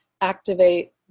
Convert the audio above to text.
activate